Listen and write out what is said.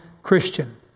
Christian